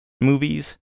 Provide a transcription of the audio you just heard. movies